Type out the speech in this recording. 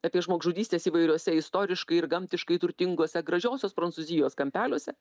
apie žmogžudystes įvairiuose istoriškai ir gamtiškai turtinguose gražiosios prancūzijos kampeliuose